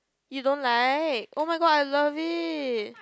you don't like oh my god I love it